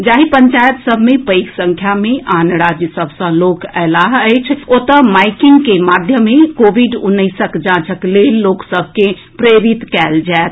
जाहि पंचायत सभ मे पैघ संख्या मे आन राज्य सभ सँ लोक अएलाह अछि ओतए माईकिंग के माध्यम सँ कोविड उन्नैसक जांचक लेल लोक सभ के प्रेरित कएल जाएत